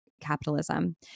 capitalism